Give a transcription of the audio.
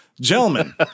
Gentlemen